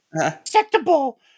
Acceptable